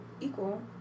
Equal